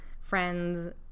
friends